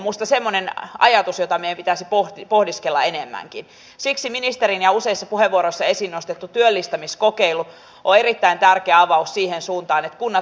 sitten tämä kohtuuttomuus että yksi pieni siuntion kunta joutuu sitten laittamaan omat rahansa koska heillä ei ole itse asiassa vaihtoehtoja